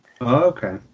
Okay